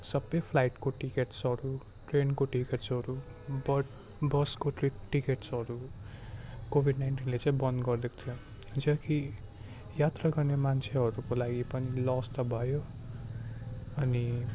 सबै फ्लाइट्सको टिकट्सहरू ट्रेनको टिकट्सहरू बड बसको टि टिकट्सहरू कोविड नाइन्टिनले चाहिँ बन्द गरिदिएको थियो जो कि यात्रा गर्ने मान्छेहरूको लागि पनि लस त भयो अनि